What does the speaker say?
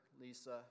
Lisa